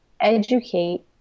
educate